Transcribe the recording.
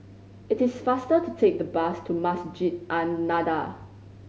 it is faster to take the bus to Masjid An Nahdhah